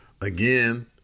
Again